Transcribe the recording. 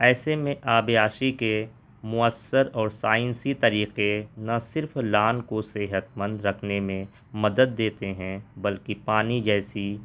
ایسے میں آبیاشی کے مؤثر اور سائنسی طریقے نہ صرف لان کو صحت مند رکھنے میں مدد دیتے ہیں بلکہ پانی جیسی